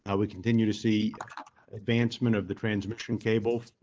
ah we continue to see advancement of the transmission cable,